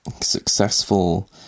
successful